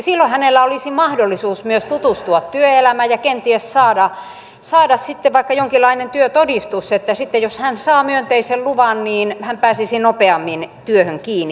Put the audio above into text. silloin hänellä olisi mahdollisuus myös tutustua työelämään ja kenties saada vaikka jonkinlainen työtodistus niin että sitten jos hän saa myönteisen luvan niin hän pääsisi nopeammin työhön kiinni